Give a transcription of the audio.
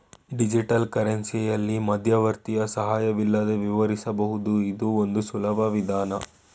digital ಕರೆನ್ಸಿಯಲ್ಲಿ ಮಧ್ಯವರ್ತಿಯ ಸಹಾಯವಿಲ್ಲದೆ ವಿವರಿಸಬಹುದು ಇದು ಒಂದು ಸುಲಭ ವಿಧಾನ